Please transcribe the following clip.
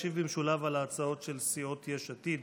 ישיב במשולב על ההצעות של סיעות יש עתיד